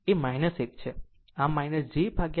આમ તે છે jXL